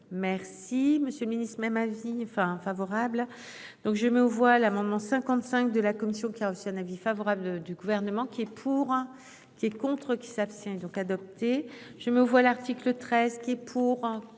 Merci Monsieur le Ministre même avis enfin favorable donc je mets aux voix l'amendement 55 de la commission qui a reçu un avis favorable du gouvernement qui est pour. Qui est contre qui s'abstient donc adopté. Je me vois l'article 13 qui pour